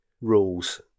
rules